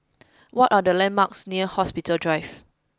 what are the landmarks near Hospital Drive